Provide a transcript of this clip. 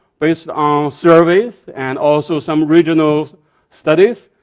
based on surveys and also some regional studies,